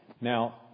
Now